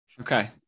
Okay